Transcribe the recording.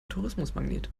touristenmagnet